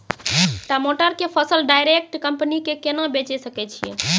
टमाटर के फसल डायरेक्ट कंपनी के केना बेचे सकय छियै?